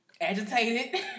agitated